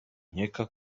nkeka